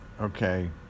okay